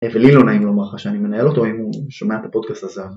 ולי לא נעים לומר לך שאני מנהל אותו אם הוא שומע את הפודקאסט הזה.